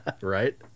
Right